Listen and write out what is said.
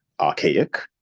archaic